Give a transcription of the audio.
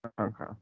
Okay